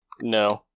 No